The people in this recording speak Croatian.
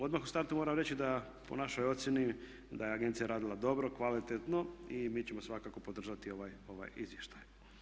Odmah u startu moram reći da po našoj ocjeni da je agencija radila dobro, kvalitetno i mi ćemo svakako podržati ovaj izvještaj.